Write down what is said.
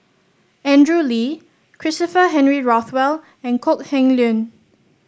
Andrew Lee Christopher Henry Rothwell and Kok Heng Leun